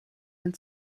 den